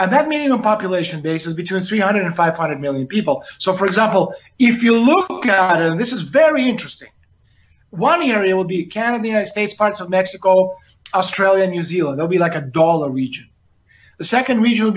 and that mean a population basis between three hundred five hundred million people so for example if you look at and this is very interesting one area will be can the united states parts of mexico australia new zealand all be like a dollar each the second region